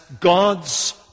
God's